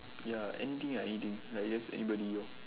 ya anything ah anything like just anybody lor